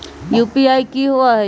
UPI कि होअ हई?